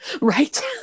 right